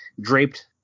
draped